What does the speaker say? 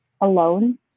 alone